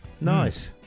Nice